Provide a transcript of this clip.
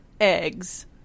eggs